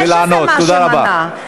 תודה רבה.